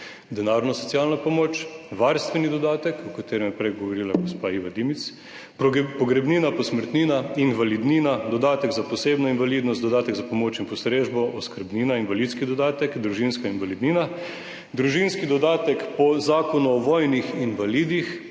denarno socialno pomoč, varstveni dodatek, o katerem je prej govorila gospa Iva Dimic, pogrebnina, posmrtnina, invalidnina, dodatek za posebno invalidnost, dodatek za pomoč in postrežbo, oskrbnina, invalidski dodatek, družinska invalidnina, družinski dodatek po Zakonu o vojnih invalidih,